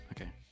Okay